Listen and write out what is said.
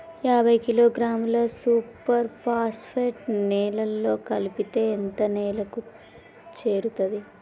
యాభై కిలోగ్రాముల superphosphate నేలలో కలిపితే ఎంత నేలకు చేరుతది?